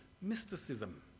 mysticism